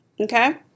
okay